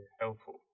helpful